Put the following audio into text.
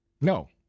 No